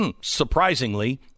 surprisingly